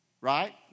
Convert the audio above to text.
Right